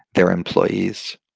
their employees.